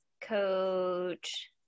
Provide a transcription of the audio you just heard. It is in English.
Coach –